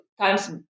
times